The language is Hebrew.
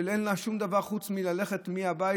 שאין לה שום דבר חוץ מללכת מהבית,